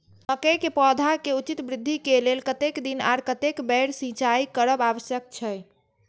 मके के पौधा के उचित वृद्धि के लेल कतेक दिन आर कतेक बेर सिंचाई करब आवश्यक छे?